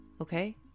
okay